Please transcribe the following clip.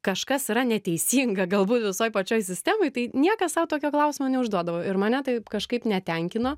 kažkas yra neteisinga galbūt visoj pačioj sistemoj tai niekas sau tokio klausimo neužduodavo ir mane tai kažkaip netenkino